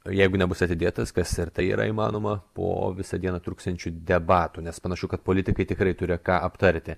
jeigu nebus atidėtas kas ir tai yra įmanoma po visą dieną truksiančių debatų nes panašu kad politikai tikrai turi ką aptarti